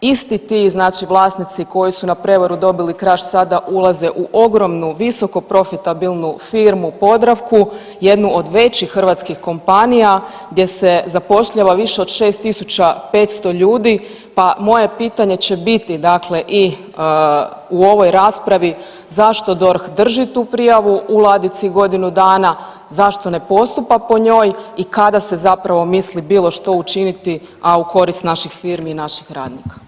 Isti ti, znači vlasnici koji su na prevaru dobili Kraš sada ulaze u ogromnu viskoprofitabilnu firmu Podravku, jednu od većih hrvatskih kompanija gdje se zapošljava više od 6500 ljudi pa moje pitanje će biti dakle, i u ovoj raspravi, zašto DORH drži tu prijavu u ladici godinu dana, zašto ne postupa po njoj i kada se zapravo misli bilo što učiniti, a u korist naših firmi i naših radnika?